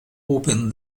open